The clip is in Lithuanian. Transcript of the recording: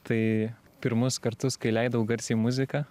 tai pirmus kartus kai leidau garsiai muziką